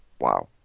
wow